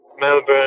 Melbourne